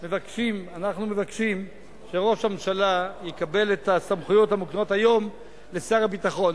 אנחנו מבקשים שראש הממשלה יקבל את הסמכויות המוקנות היום לשר הביטחון.